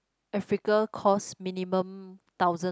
Africa cost minimum thousand